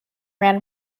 ran